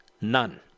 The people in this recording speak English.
None